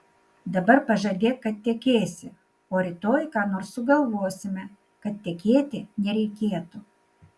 dabar pažadėk kad tekėsi o rytoj ką nors sugalvosime kad tekėti nereikėtų